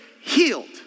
healed